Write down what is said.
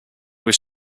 was